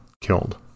killed